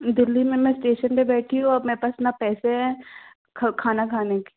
दिल्ली में मैं स्टेशन पर बैठी हूँ और मेरे पास ना पैसे हैं ख खाना खाने के